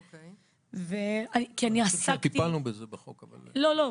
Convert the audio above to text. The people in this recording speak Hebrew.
כי אני עסקתי --- אני חושב שטיפלנו בחוק הזה --- לא,